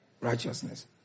Righteousness